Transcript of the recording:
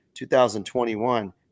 2021